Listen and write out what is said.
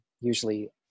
usually